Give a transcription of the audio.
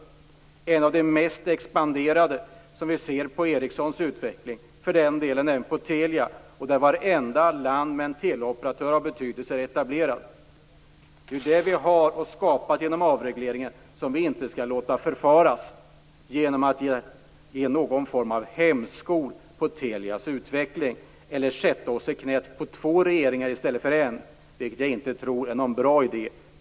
Det är en av de mest expanderande branscherna, vilket vi ser på Ericssons utveckling och för den delen även Telias, där varje land med en teleoperatör av betydelse är etablerat. Det vi har skapat genom avregleringen skall vi inte låta förfaras genom att sätta någon form av hämsko på Telias utveckling eller genom att sätta oss i knät på två regeringar i stället för på en. Det tror jag inte är någon bra idé.